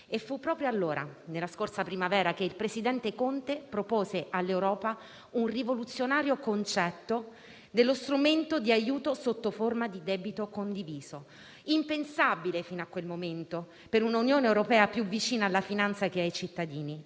Fu proprio allora, nella scorsa primavera, che il presidente Conte propose all'Europa un rivoluzionario concetto dello strumento di aiuto sotto forma di debito condiviso, impensabile fino a quel momento per un'Unione europea più vicina alla finanza che ai cittadini: